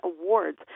awards